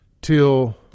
till